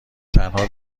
تنها